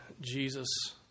Jesus